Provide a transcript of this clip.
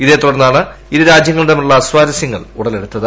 ഇതേത്തുടർന്നാണ് ഇരു രാജ്യങ്ങളും തമ്മിലുള്ള അസ്വാരസ്യങ്ങൾ ഉടലെടുത്തത്